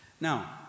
Now